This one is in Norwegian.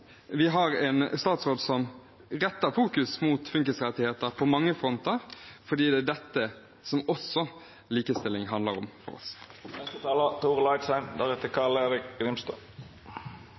vi har en statsråd som setter funkisrettigheter i fokus på mange fronter, for det er også dette likestilling handler om for